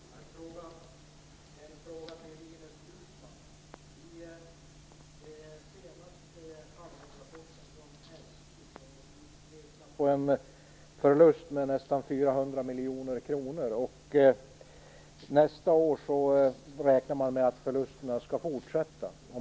Fru talman! Jag har en fråga till Ines Uusmann. I den senaste halvårsrapporten från SJ pekas på förlust med nästan 400 miljoner kronor. Nästa år räknar man med att förlusterna skall fortsätta.